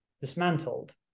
dismantled